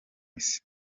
isi